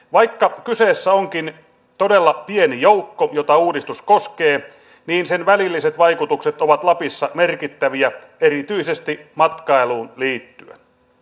vaikka kyseessä onkin todella pieni joukko jota uudistus koskee niin sen välilliset vaikutukset ovat lapissa merkittäviä erityisesti matkailuun liittyen